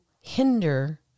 hinder